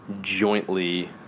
jointly